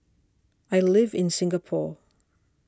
I live in Singapore